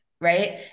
right